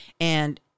And-